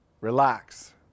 relax